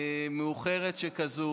מאוחרת שכזאת.